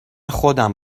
خودم